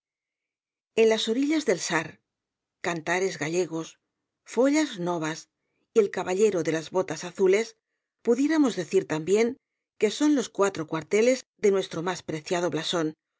en las orillas del sar cantares gallegos follas novas y el caballero de las botas azules pudiéramos decir también que son los cuatro cuarteles de nuestro más preciado blasón